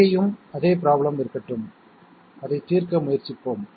இங்கேயும் அதே ப்ரோப்லேம் இருக்கட்டும் அதைத் தீர்க்க முயற்சிப்போம்